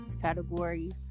categories